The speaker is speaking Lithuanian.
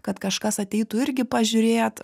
kad kažkas ateitų irgi pažiūrėt